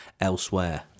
elsewhere